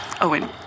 Owen